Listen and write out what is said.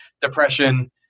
depression